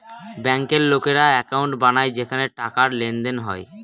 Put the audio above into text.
ব্যাঙ্কের লোকেরা একাউন্ট বানায় যেখানে টাকার লেনদেন হয়